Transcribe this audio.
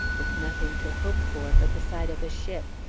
with nothing to hope for but the sight of a ship,